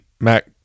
mac